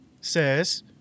says